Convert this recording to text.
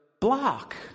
block